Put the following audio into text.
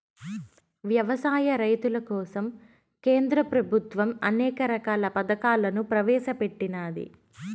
వ్యవసాయ రైతుల కోసం కేంద్ర ప్రభుత్వం అనేక రకాల పథకాలను ప్రవేశపెట్టినాది